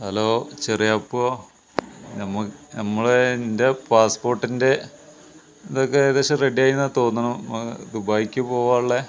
hello ചെറിയാപ്പോ നമുക്ക് നമ്മള് നിൻ്റെ പാസ്പോർട്ടിൻ്റെ ഇതൊക്കെ ഏകദേശം റെഡി ആയെന്ന് തോന്നുന്നു ദുബായിക്ക് പോകാനുള്ളത്